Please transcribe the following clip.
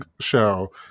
show